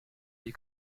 die